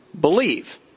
believe